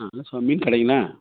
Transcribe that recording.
ஆ அண்ணா ஸோ மீன் கடைங்களா